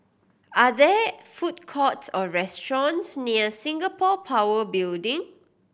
are there food courts or restaurants near Singapore Power Building